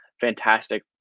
fantastic